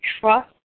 trust